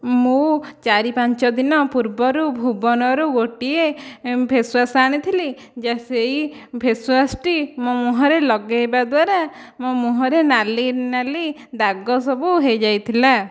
ମୁଁ ଚାରି ପାଞ୍ଚଦିନ ପୂର୍ବରୁ ଭୁବନରୁ ଗୋଟିଏ ଫେସ୍ୱାଶ ଆଣିଥିଲି ଯେ ସେହି ଫେସ୍ୱାଶଟି ମୋ ମୁହଁରେ ଲଗେଇବା ଦ୍ଵାରା ମୋ ମୁହଁରେ ନାଲି ନାଲି ଦାଗ ସବୁ ହୋଇଯାଇଥିଲା